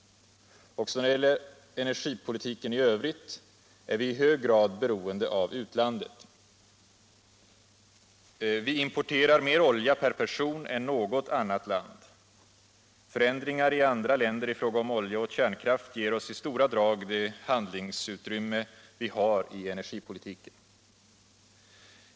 Också när det gäller energipolitiken i övrigt är vi i hög grad beroende av utlandet. Vi importerar mer olja per person än något annat land. Förändringar i andra länder i fråga om olja och kärnkraft ger oss i stora drag det handlingsutrymme vi har i energipolitiken.